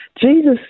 Jesus